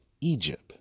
Egypt